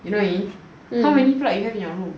you know what I mean how mnay plug you have in your room